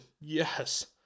Yes